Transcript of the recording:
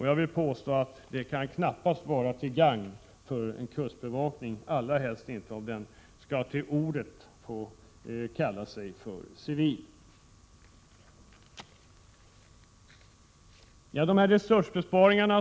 Jag vill påstå att det knappast kan vara till gagn för en kustbevakning, allra helst om den till namnet skall få heta civil. Herr talman!